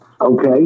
Okay